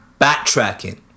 backtracking